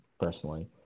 personally